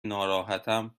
ناراحتم